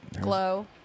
Glow